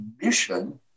mission